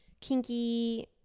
kinky